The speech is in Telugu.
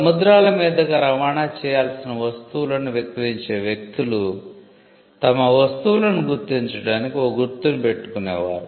సముద్రాల మీదుగా రవాణా చేయాల్సిన వస్తువులను విక్రయించే వ్యక్తులు తమ వస్తువులను గుర్తించడానికి ఒక గుర్తును పెట్టుకునే వారు